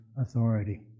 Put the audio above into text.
authority